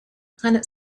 planet